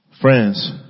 Friends